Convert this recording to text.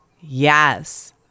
Yes